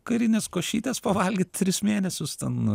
karinės košytės pavalgyt tris mėnesius ten